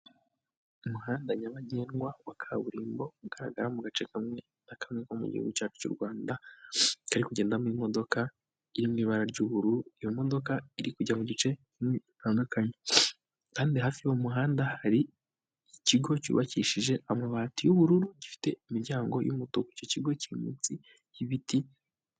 Umuhanda nyabagendwa wa kaburimbo ugaragara mu gace kamwe n'akamwe ko mu gihugu cyacu cy'u Rwanda ,kari kugendamo imodoka iri mu ibara ry'ubururu ,iyo modoka iri kujya mu duce dutandukanye kandi hafi y'umuhanda hari ikigo cy'ubakishije amabati y'ubururu gifite imiryango y'umutuku icyo kigo kiri munsi y'ibiti.